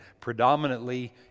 Predominantly